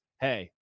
hey